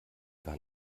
gar